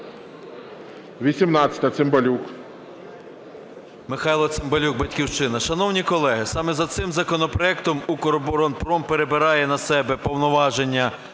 18. Цимбалюк.